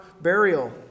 burial